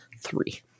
three